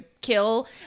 kill